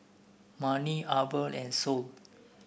Manie Arvel and Saul